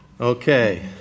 Okay